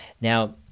Now